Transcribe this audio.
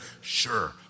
sure